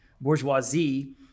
bourgeoisie